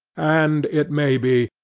and, it may be,